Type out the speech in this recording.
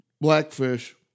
Blackfish